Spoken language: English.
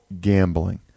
gambling